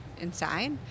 inside